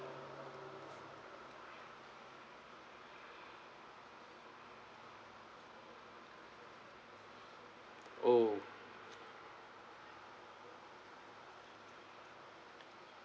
oh